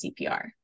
CPR